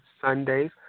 Sundays